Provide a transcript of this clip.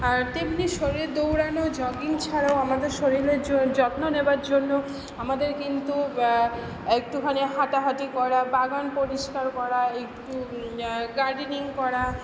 আর তেমনি শরীরে দৌড়ানো জগিং ছাড়াও আমাদের শরীরের যত্ন নেওয়ার জন্য আমাদের কিন্তু একটুখানি হাঁটাহাঁটি করা বাগান পরিষ্কার করা একটু গার্ডেনিং করা